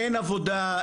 אין עבודה,